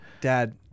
Dad